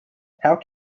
how